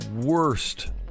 worst